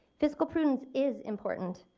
fiscal prudence is important,